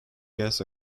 gas